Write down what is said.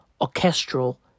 orchestral